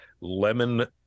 lemon